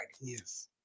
Yes